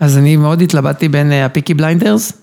אז אני מאוד התלבטתי בין הפיקי בליינדרס.